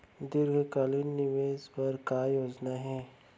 दीर्घकालिक निवेश बर का योजना हे?